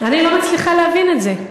אני לא מצליחה להבין את זה.